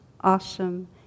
awesome